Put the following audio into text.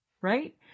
Right